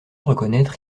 reconnaître